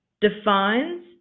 defines